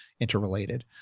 interrelated